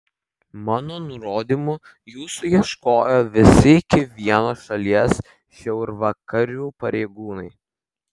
mano nurodymu jūsų ieškojo visi iki vieno šalies šiaurvakarių pareigūnai